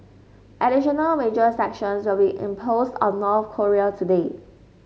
additional major sanctions will be imposed on North Korea today